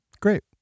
great